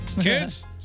kids